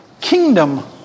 kingdom